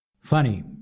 Funny